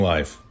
Life